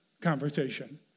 conversation